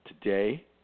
today